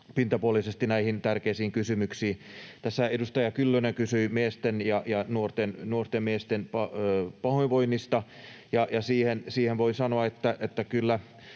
pintapuolisesti — näihin tärkeisiin kysymyksiin. Edustaja Kyllönen kysyi miesten ja nuorten miesten pahoinvoinnista, ja siihen voi sanoa, että kyllä